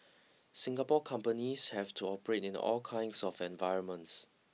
Singapore companies have to operate in all kinds of environments